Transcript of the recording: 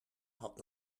had